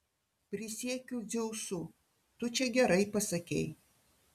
prisiekiu dzeusu tu čia gerai pasakei